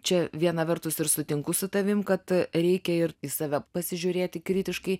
čia viena vertus ir sutinku su tavim kad reikia ir į save pasižiūrėti kritiškai